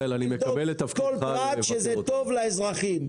תבדוק על פרט שזה טוב לאזרחים.